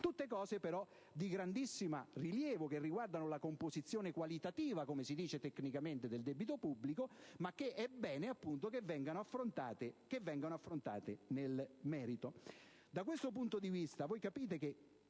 Tutti elementi di grandissimo rilievo che riguardano la composizione qualitativa, come si dice tecnicamente, del debito pubblico, ma che è bene che vengano affrontati nel merito.